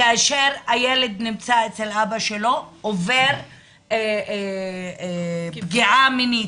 כאשר הילד נמצא אצל אבא שלו, עובר פגיעה מינית.